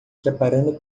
preparando